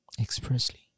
Expressly